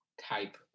type